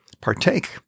partake